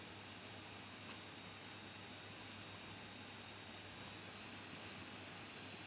the good thing about this kind of so called uh more high up office like C_M_P_B MINDEF ah